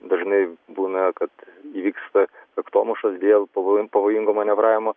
dažnai būna kad įvyksta kaktomušos dėl pavoj pavojingo manevravimo